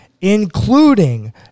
including